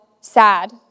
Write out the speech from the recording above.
sad